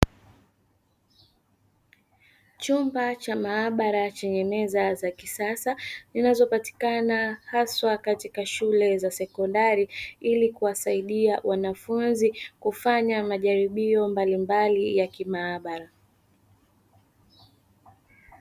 Chumba cha maabara chenye meza za kisasa zinazopatikana haswa katika shule za sekondari. Ili kuwasaidia wanafunzi kufanya majaribio mbalimbali ya kimaabara.